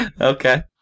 Okay